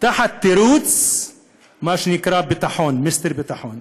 תחת התירוץ של מה שנקרא ביטחון, מיסטר ביטחון.